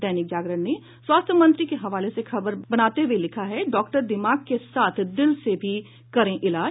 दैनिक जागरण ने स्वास्थ्य मंत्री के हवाले से खबर बनाते हुए लिखा है डॉक्टर दिमाग के साथ दिल से भी करें इलाज